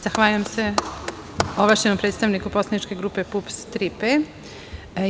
Zahvaljujem se ovlašćenom predstavniku poslaničke grupe PUPS-3P.